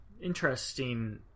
Interesting